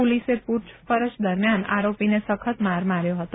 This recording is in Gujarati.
પોલીસે પુછપરછ દરમ્યાન આરોપીને સખત માર માર્યો હતો